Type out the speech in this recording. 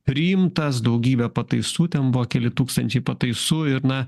priimtas daugybė pataisų ten buvo keli tūkstančiai pataisų ir na